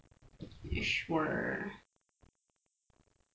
you sure